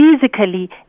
physically